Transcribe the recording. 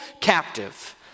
captive